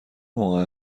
موقع